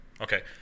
Okay